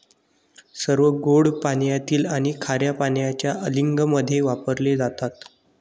सर्व गोड पाण्यातील आणि खार्या पाण्याच्या अँलिंगमध्ये वापरले जातात